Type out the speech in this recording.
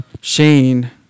Shane